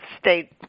state